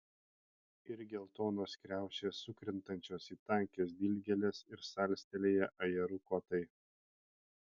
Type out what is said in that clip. ir geltonos kriaušės sukrentančios į tankias dilgėles ir salstelėję ajerų kotai